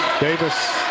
Davis